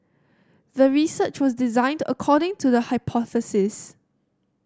the research was designed according to the hypothesis